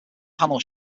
panel